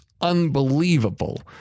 unbelievable